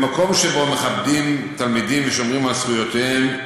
במקום שבו מכבדים תלמידים ושומרים על זכויותיהם,